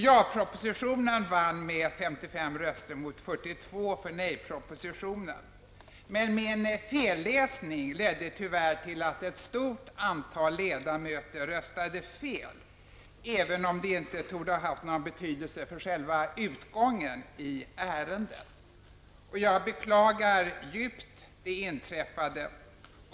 Japropositionen vann med 55 röster mot 42 för nejpropositionen. Min felläsning ledde tyvärr till att ett stort antal ledamöter röstade fel, även om det inte torde ha haft någon betydelse för själva utgången i ärendet. Jag beklagar djupt det inträffade.